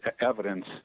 evidence